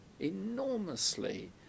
enormously